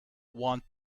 want